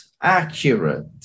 accurate